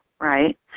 right